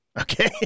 okay